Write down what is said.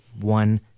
one